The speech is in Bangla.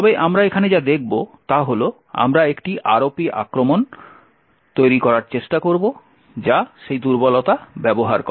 তবে আমরা এখানে যা দেখব তা হল আমরা একটি ROP আক্রমণ তৈরি করার চেষ্টা করব যা সেই দুর্বলতা ব্যবহার করে